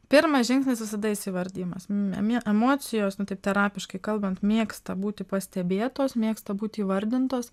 pirmas žingsnis visada jis įvardijamas ma mie emocijos nu taip terapiškai kalbant mėgsta būti pastebėtos mėgsta būti įvardintos